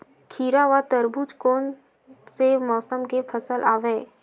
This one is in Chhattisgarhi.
खीरा व तरबुज कोन से मौसम के फसल आवेय?